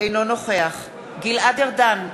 אינו נוכח גלעד ארדן,